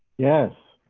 yes,